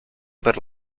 per